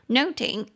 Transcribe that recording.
noting